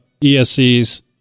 ESCs